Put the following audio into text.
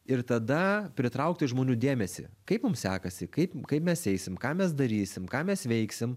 ir tada pritraukti žmonių dėmesį kaip mums sekasi kaip kaip mes eisim ką mes darysim ką mes veiksim